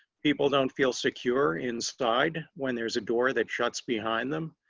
people don't feel secure inside when there's a door that shuts behind them.